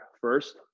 first